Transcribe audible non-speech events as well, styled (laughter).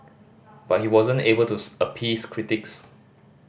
but he wasn't able to (unintelligible) appease critics